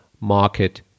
market